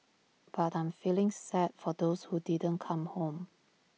but I am feeling sad for those who didn't come home